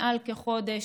מעל לחודש,